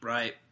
Right